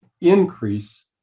increase